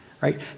right